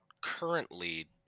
currently